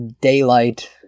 daylight